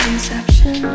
Inception